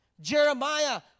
Jeremiah